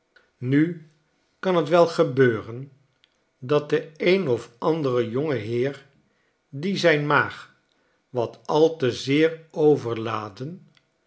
nu kan t wel gebeuren dat de een of andere jongeheer die zijn maag wat al te zeer overladen